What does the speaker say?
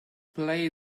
play